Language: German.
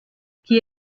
gier